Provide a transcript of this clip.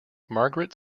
margaret